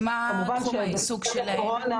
כמובן שבזמן הקורונה